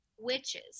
Witches